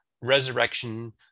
resurrection